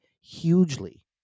hugely